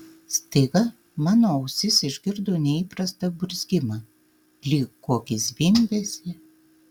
staiga mano ausis išgirdo neįprastą burzgimą lyg kokį zvimbesį